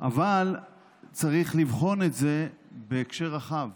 אבל צריך לבחון את זה בהקשר רחב,